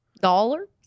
Dollars